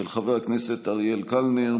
של חבר הכנסת אריאל קלנר,